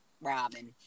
Robin